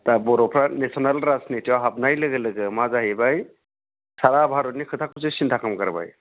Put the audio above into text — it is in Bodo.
दा बर'फ्रा नेसनेल राजनितियाव हाबनाय लोगो लोगो मा जाहैबाय सारा भारतनि खोथाखौसो सिन्था खालामग्रोबाय